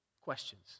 questions